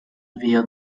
via